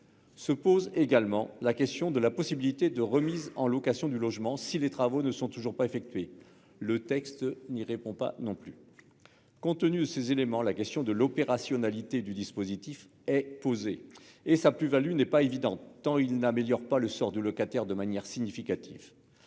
Se pose également la question de la possibilité de remise en location du logement si les travaux ne sont toujours pas effectués, mais le texte n'y répond pas non plus. Compte tenu de ces éléments, la question de l'opérationnalité du dispositif est posée et sa plus-value n'est pas évidente, dans la mesure où il ne tend pas à améliorer le sort du locataire de manière significative.